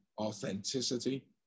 authenticity